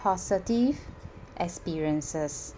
positive experiences